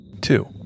Two